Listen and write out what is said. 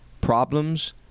problems